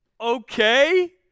okay